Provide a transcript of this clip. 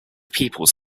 peoples